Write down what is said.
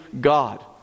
God